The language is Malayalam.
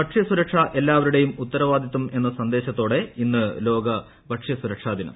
ഭക്ഷ്യസുരക്ഷ എല്ലാവരുടെയും ഉത്തരവാദിത്തം എന്ന സന്ദേശത്തോടെ ഇന്ന് ലോക ഭക്ഷ്യസുരക്ഷാദിനം